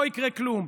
לא יקרה כלום.